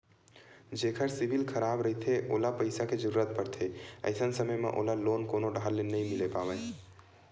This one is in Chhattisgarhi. जेखर सिविल खराब रहिथे ओला पइसा के जरूरत परथे, अइसन समे म ओला लोन कोनो डाहर ले नइ मिले पावय